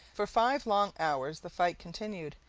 for five long hours the fight continued,